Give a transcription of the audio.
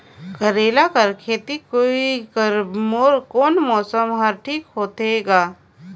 करेला कर खेती बर कोन मौसम हर ठीक होथे ग?